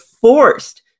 forced